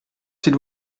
s’il